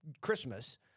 Christmas